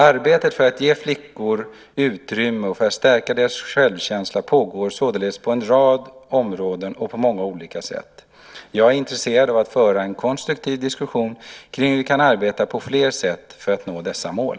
Arbetet för att ge flickor utrymme och för att stärka deras självkänsla pågår således på en rad områden och på många olika sätt. Jag är intresserad av att föra en konstruktiv diskussion kring hur vi kan arbeta på fler sätt för att nå dessa mål.